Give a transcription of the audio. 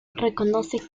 reconoce